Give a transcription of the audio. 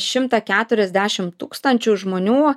šimtą keturiasdešim tūkstančių žmonių